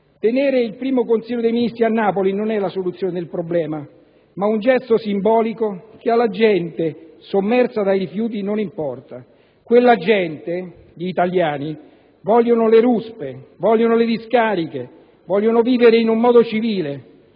Tenere il primo Consiglio dei ministri a Napoli non è la soluzione del problema, ma un gesto simbolico che alla gente sommersa dai rifiuti non importa. Gli italiani vogliono le ruspe, vogliono le discariche, vogliono vivere in un modo civile.